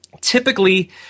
Typically